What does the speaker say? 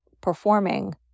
performing